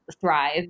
thrive